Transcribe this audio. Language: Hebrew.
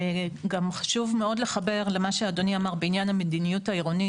גם חשוב מאוד לחבר למה שאדוני אמר בעניין המדיניות העירונית.